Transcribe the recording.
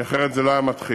כי אחרת זה לא היה מתחיל,